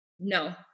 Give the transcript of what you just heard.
no